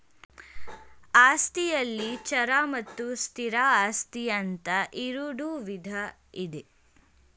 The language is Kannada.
ಆಸ್ತಿಯಲ್ಲಿ ಚರ ಮತ್ತು ಸ್ಥಿರ ಆಸ್ತಿ ಅಂತ ಇರುಡು ವಿಧ ಇದೆ